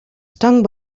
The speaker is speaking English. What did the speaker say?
stung